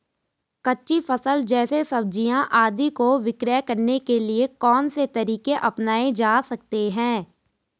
कच्ची फसल जैसे सब्जियाँ आदि को विक्रय करने के लिये कौन से तरीके अपनायें जा सकते हैं?